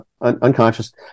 unconscious